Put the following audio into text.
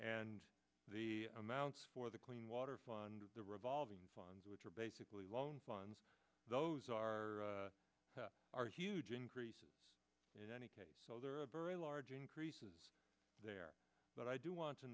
and the amounts for the clean water fund the revolving funds which are basically loan funds those are are huge increases in any case so there are very large increases there but i do want to